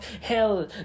hell